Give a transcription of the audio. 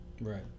right